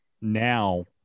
now